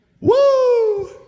Woo